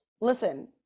Listen